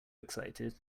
excited